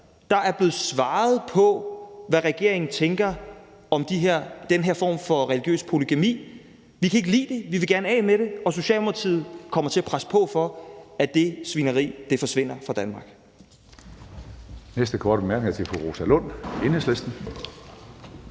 Der er blevet svaret på, hvad regeringen tænker om den her form for religiøs polygami. Vi kan ikke lide det, vi vil gerne af med det, og Socialdemokratiet kommer til at presse på for, at det svineri forsvinder fra Danmark.